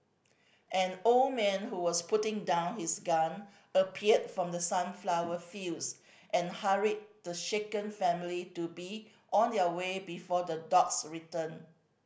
an old man who was putting down his gun appeared from the sunflower fields and hurried the shaken family to be on their way before the dogs return